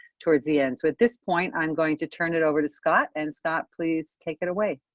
towards the end. so at this point i'm going to turn it over to scott and scott, please take it away.